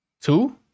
Two